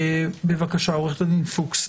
בבקשה, עו"ד פוקס.